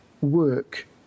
work